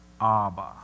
Abba